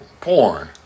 porn